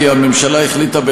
כי הממשלה החליטה,